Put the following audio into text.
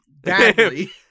Badly